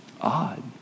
Odd